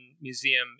museum